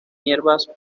hierbas